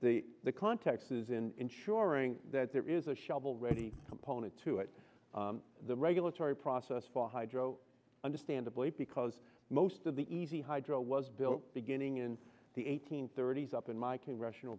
the the context is in ensuring that there is a shovel ready component to it the regulatory process for hydro understandably because most of the easy hydro was built beginning in the eighteenth thirty's up in my congressional